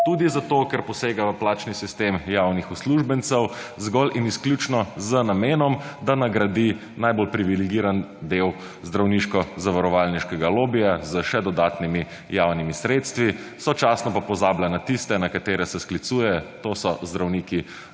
Tudi zato, ker posega v plačni sistem javnih uslužbencev, zgolj in izključno z namenom, da nagradi najbolj privilegiran del zdravniško zavarovalniškega lobija z še dodatnimi javnimi sredstvi, sočasno pa pozablja na tiste, na katere se sklicuje, to so zdravniki